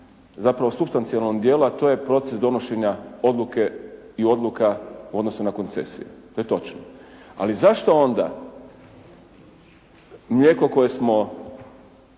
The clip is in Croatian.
zapravo supstitacionom dijela, a to je proces donošenja odluke i odluka u odnosu na koncesije. To je točno. Ali zašto onda mlijeko koje smo